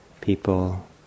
people